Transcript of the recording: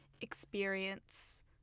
experience